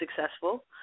successful